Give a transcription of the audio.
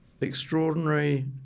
extraordinary